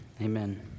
Amen